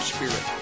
Spirit